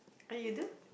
how you do